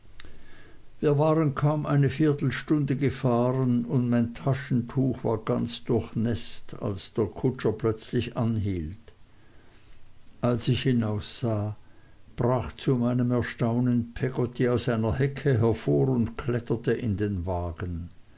wir waren kaum eine viertelstunde gefahren und mein taschentuch war ganz durchnäßt als der kutscher plötzlich anhielt als ich hinaussah brach zu meinem erstaunen peggotty aus einer hecke hervor und kletterte in den wagen